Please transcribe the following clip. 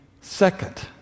second